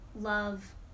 love